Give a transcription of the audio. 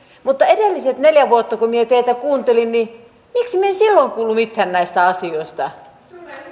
mutta edelliset neljä vuotta kun minä teitä kuuntelin niin miksi minä en silloin kuullut mitään näistä asioista